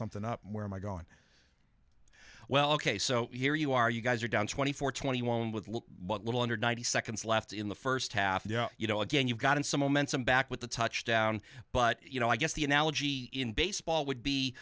something up where am i going well ok so here you are you guys are down twenty four twenty one with a look what little under ninety seconds left in the first half yeah you know again you've gotten some momentum back with the touchdown but you know i guess the analogy in baseball would be